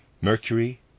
mercury